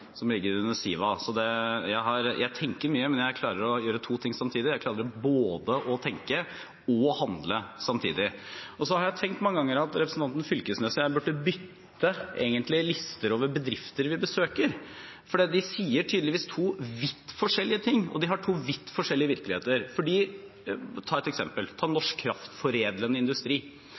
som ligger under Siva. Jeg tenker mye, men jeg klarer å gjøre to ting samtidig: Jeg klarer både å tenke og å handle. Jeg har tenkt mange ganger at representanten Knag Fylkesnes og jeg egentlig burde bytte lister over bedrifter vi besøker, for de sier tydeligvis to vidt forskjellige ting, og de har to vidt forskjellige virkeligheter. For å ta et eksempel: norsk kraftforedlende industri. Når jeg besøker norsk kraftforedlende industri, forteller de om en industri